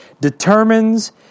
determines